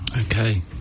Okay